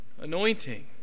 anointing